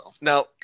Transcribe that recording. Now